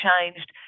changed